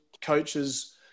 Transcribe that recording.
coaches